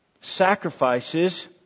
sacrifices